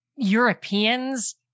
Europeans